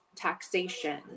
taxation